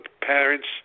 parents